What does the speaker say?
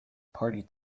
party